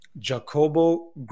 Jacobo